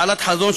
בעלת חזון,